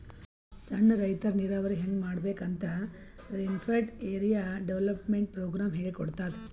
ಸಣ್ಣ್ ರೈತರ್ ನೀರಾವರಿ ಹೆಂಗ್ ಮಾಡ್ಬೇಕ್ ಅಂತ್ ರೇನ್ಫೆಡ್ ಏರಿಯಾ ಡೆವಲಪ್ಮೆಂಟ್ ಪ್ರೋಗ್ರಾಮ್ ಹೇಳ್ಕೊಡ್ತಾದ್